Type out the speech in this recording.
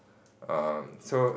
um so